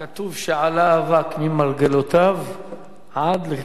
כתוב שעלה אבק ממרגלותיו עד לכיסא הכבוד.